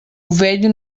velho